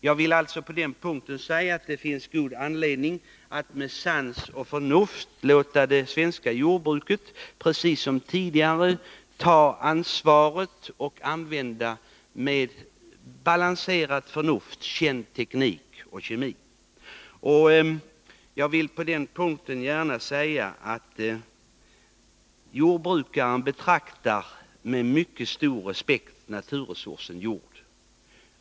Jag vill på den punkten säga att det finns god anledning att låta det svenska jordbruket, precis som tidigare, ta ansvaret och med sans och balanserat förnuft använda känd teknik och kemi. Jag vill också gärna säga att jordbrukaren med mycket stor respekt betraktar naturresursen jord.